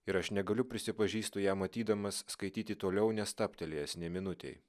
ir aš negaliu prisipažįstu ją matydamas skaityti toliau nestabtelėjęs nė minutei